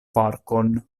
parkon